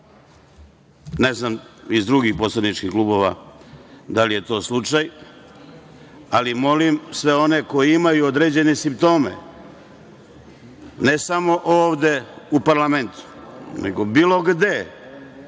Ne znam iz drugih poslaničkih klubova da li je to slučaju, ali molim sve one koji imaju određene simptome, ne samo ovde u parlamentu, nego bilo gde,